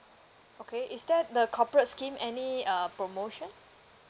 okay is that the corporate scheme any uh promotion